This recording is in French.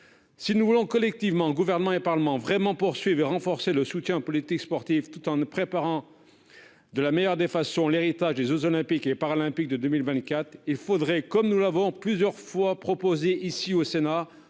Si nous voulons collectivement- le Gouvernement et le Parlement -poursuivre et véritablement renforcer le soutien aux politiques sportives, tout en préparant de la meilleure des façons l'héritage des jeux Olympiques et Paralympiques de 2024, alors il faudrait, comme nous l'avons plusieurs fois proposé,